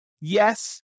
yes